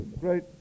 great